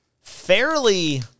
fairly